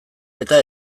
eta